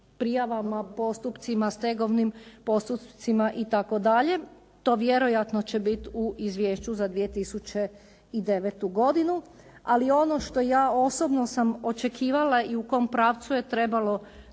prijavama, postupcima, stegovnim postupcima, itd. To vjerojatno će biti u izvješću za 2009. godinu. Ali ono što ja osobno sam očekivala i u kom pravcu je trebalo